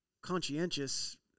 conscientious